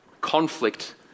conflict